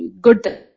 good